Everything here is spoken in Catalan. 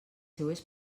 seues